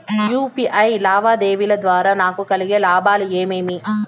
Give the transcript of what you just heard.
UPI లావాదేవీల ద్వారా నాకు కలిగే లాభాలు ఏమేమీ?